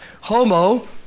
Homo